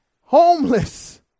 Homeless